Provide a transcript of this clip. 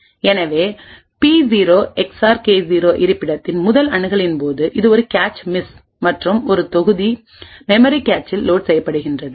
எனவே பி0 எக்ஸ்ஆர் கே0 இருப்பிடத்தின் முதல் அணுகலின் போது இது ஒரு கேச் மிஸ் மற்றும் ஒரு தொகுதி மெமரி கேச்சில் லோட் செய்யப்படும்